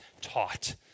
taught